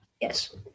yes